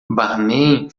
barman